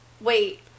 wait